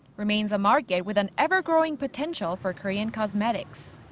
remains a market with an ever-growing potential for korean cosmetics.